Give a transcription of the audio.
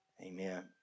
Amen